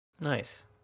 nice